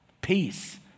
peace